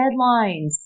deadlines